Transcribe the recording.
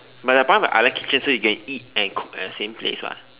but the point of an island kitchen so that you can eat and cook at the same place [what]